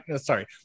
sorry